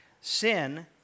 Sin